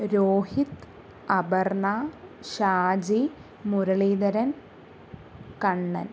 Rohit Aparna Shaji Muraleedharan Kannan